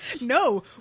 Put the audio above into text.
No